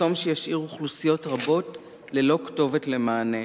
מחסום שישאיר אוכלוסיות רבות ללא כתובת למענה.